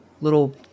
little